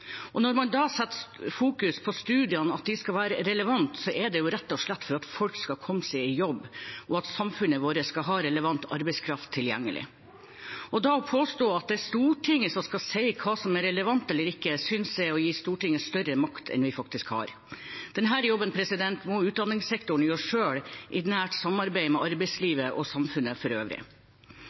Når man da fokuserer på at studiene skal være relevante, er det rett og slett for at folk skal komme seg i jobb, og at samfunnet vårt skal ha relevant arbeidskraft tilgjengelig. Da å påstå at det er Stortinget som skal si hva som er relevant eller ikke, synes jeg er å gi oss på Stortinget større makt enn vi faktisk har. Den jobben må utdanningssektoren gjøre selv, i nært samarbeid med arbeidslivet og samfunnet for øvrig.